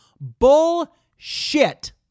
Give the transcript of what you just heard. Bullshit